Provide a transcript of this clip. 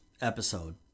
episode